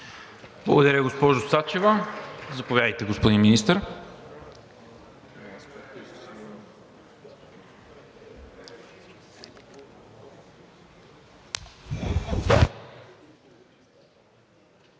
Благодаря, госпожо Сачева. Заповядайте, господин Министър.